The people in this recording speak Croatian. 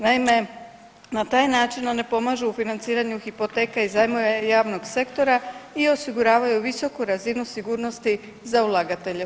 Naime, na taj način one pomažu u financiranju hipoteka i zajmova javnog sektora i osiguravaju visoku razinu sigurnosti za ulagatelje.